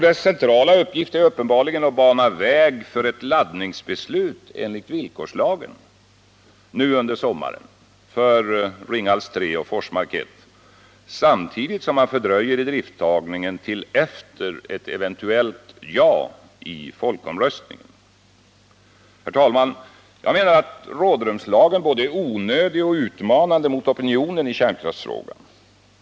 Dess centrala uppgift är uppenbarligen att bana väg för ett laddningsbeslut enligt villkorslagen nu under sommaren för Ringhals 3 och Forsmark 1 samtidigt som man fördröjer idrifttagningen till efter ett eventuellt ja i folkomröstningen. Herr talman! Jag menar att rådrumslagen är både onödig och utmanande mot opinionen i kärnkraftsfrågan.